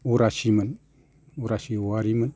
उरासिमोन उरासि औवारिमोन